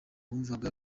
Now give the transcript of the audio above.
wumvaga